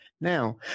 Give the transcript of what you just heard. Now